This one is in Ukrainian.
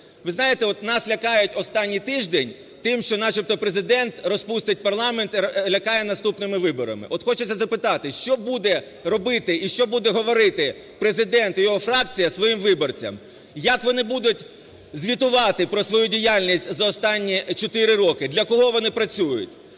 Ви знаєте, от нас лякають останній тиждень тим, що начебто Президент розпустить парламент, лякає наступними виборами. От хочеться запитати, що буде робити і що буде говорити Президент і його фракція своїм виборцям? Як вони будуть звітувати про свою діяльність за останні 4 роки? Для кого вони працюють?